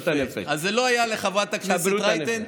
אז זה לא היה לחברת הכנסת רייטן,